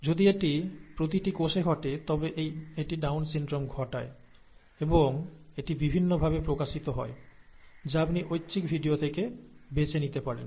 যদি এটি প্রতিটি কোষে ঘটে তবে এটি ডাউন সিনড্রোম ঘটায় এবং এটি বিভিন্ন ভাবে প্রকাশিত হয় যা আপনি ঐচ্ছিক ভিডিও থেকে বেছে নিতে পারেন